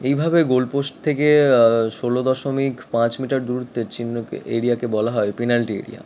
এইভাবে গোলপোস্ট থেকে ষোলো দশমিক পাঁচ মিটার দূরত্বের চিহ্নকে এরিয়াকে বলা হয় পেনাল্টি এরিয়া